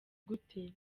gute